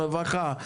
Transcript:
רוחה,